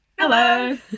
Hello